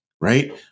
right